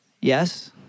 Yes